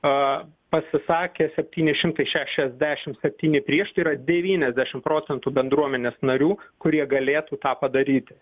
o pasisakė septyni šimtai šešiasdešimt septyni prieš tai yra devyniasdešim procentų bendruomenės narių kurie galėtų tą padaryti